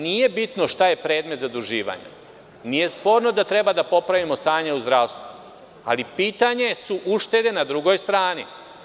Nije bitno šta je predmet zaduživanja, nije sporno da treba da popravimo stanje u zdravstvu, ali pitanje su uštede na drugoj strani.